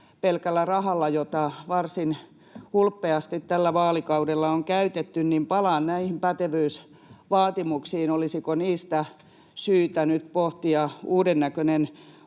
pelkällä rahalla, jota varsin hulppeasti tällä vaalikaudella on käytetty, niin palaan näihin pätevyysvaatimuksiin. Olisiko niistä syytä nyt pohtia uudennäköinen